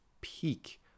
peak